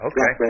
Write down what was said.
Okay